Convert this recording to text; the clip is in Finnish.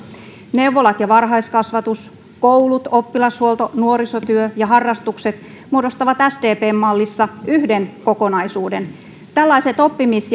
neuvolat ja varhaiskasvatus koulut oppilashuolto nuorisotyö ja harrastukset muodostavat sdpn mallissa yhden kokonaisuuden tällaiset oppimis